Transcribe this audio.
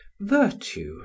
Virtue